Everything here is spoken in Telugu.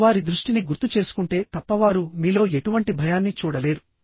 మీరు వారి దృష్టిని గుర్తు చేసుకుంటే తప్ప వారు మీలో ఎటువంటి భయాన్ని చూడలేరు